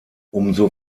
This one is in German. umso